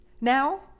now